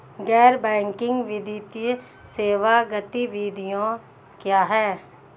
गैर बैंकिंग वित्तीय सेवा गतिविधियाँ क्या हैं?